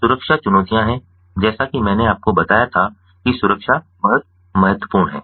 सुरक्षा चुनौतियां हैं जैसा कि मैंने आपको बताया था कि सुरक्षा बहुत महत्वपूर्ण है